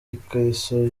ikariso